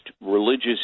religious